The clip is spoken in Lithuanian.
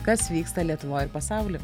kas vyksta lietuvoj ir pasauly